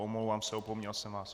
Omlouvám se, opomněl jsem vás.